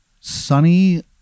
sunny